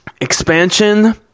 expansion